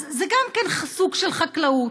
זה גם כן סוג של חקלאות.